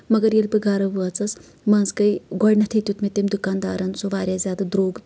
مَگر ییٚلہِ بہٕ گرٕ وٲژٕس مےٚ منٛز گٔیے گۄڈٕنیتھٕے دیُت مےٚ تٔمۍ دُکاندارن سُہ واریاہ زیادٕ درٛوگ